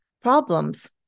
problems